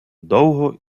довго